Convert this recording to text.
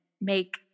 make